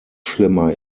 schlimmer